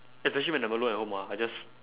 especially when I'm alone at home ah I just